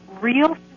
real